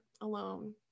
alone